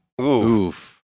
Oof